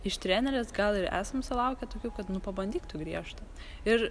iš trenerės gal ir esam sulaukę tokių kad nu pabandyk tu griežtą ir